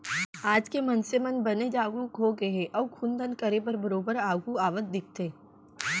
आज के मनसे मन बने जागरूक होगे हे अउ खून दान करे बर बरोबर आघू आवत दिखथे